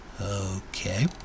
Okay